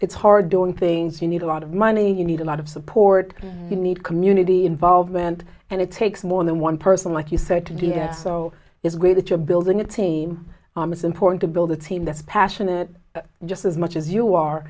it's hard doing things you need a lot of money you need a lot of support you need community involvement and it takes more than one person like you said to do here so it's great that you're building a team are most important to build a team that's passionate just as much as you are